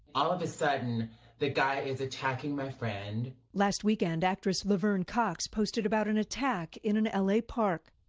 all of a sudden the guy is attacking my friend. reporter last weekend actress lavern cox posted about an attack in an l a. park.